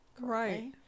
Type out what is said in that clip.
right